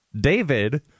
david